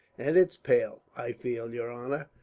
and it's pale i feel, your honor,